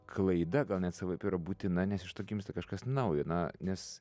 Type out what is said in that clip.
klaida gal net savaip yra būtina nes iš to gimsta kažkas naujo na nes